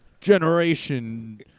Generation